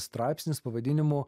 straipsnis pavadinimu